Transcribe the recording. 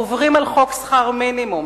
עוברים על חוק שכר מינימום,